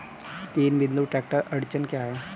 तीन बिंदु ट्रैक्टर अड़चन क्या है?